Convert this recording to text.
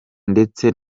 ndetse